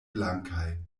blankaj